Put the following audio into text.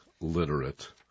literate